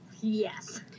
Yes